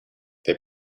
they